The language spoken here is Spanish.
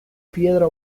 piedra